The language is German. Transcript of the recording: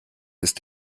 ist